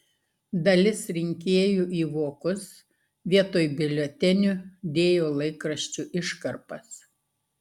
dalis rinkėjų į vokus vietoj biuletenių dėjo laikraščių iškarpas